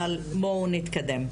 אבל בואו נתקדם.